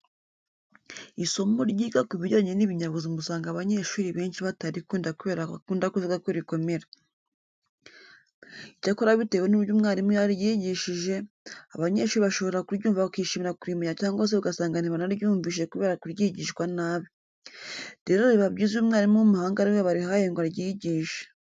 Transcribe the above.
Isomo ryiga ku bijyanye n'ibinyabuzima usanga abanyeshuri benshi batarikunda kubera bakunda kuvuga ko rikomera. Icyakora bitewe n'uburyo umwarimu yaryigishije, abanyeshuri bashobora kuryumva bakishimira kurimenya cyangwa se ugasanga ntibanaryumvishije kubera kuryigishwa nabi. Rero biba byiza iyo umwarimu w'umuhanga ari we barihaye ngo aryigishe.